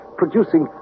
producing